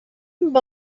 amb